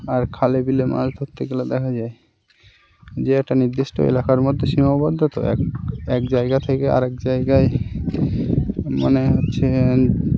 আর খালে বিলে মাছ ধরতে গেলে দেখা যায় যে এ একটা নির্দিষ্ট এলাকার মধ্যে সীমাবদ্ধ তো এক এক জায়গা থেকে আরেক জায়গায় মানে হচ্ছে